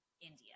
india